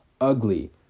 ugly